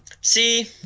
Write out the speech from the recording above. See